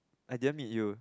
I didn't meet you